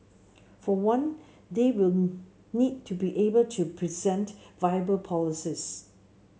for one they will need to be able to present viable policies